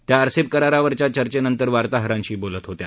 त्या आरसेप करारावरच्या चर्चेनंतर वार्ताहरांशी बोलत होत्या